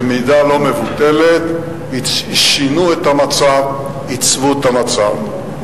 במידה לא מבוטלת, שינו את המצב, ייצבו את המצב.